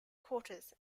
quarters